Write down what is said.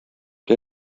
der